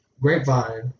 Grapevine